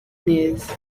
neza